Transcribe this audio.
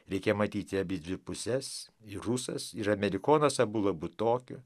reikia matyti abidvi puses ir rusas ir amerikonas abu labu tokiu